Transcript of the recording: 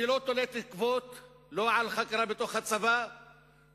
אני לא תולה תקוות לא בחקירה בתוך הצבא ולא